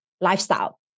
lifestyle